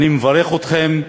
אני מברך אתכם,